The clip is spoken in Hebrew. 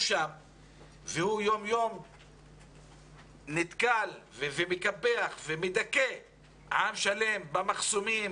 והוא יום-יום נתקל ומקפח ומדכא עם שלם במחסומים,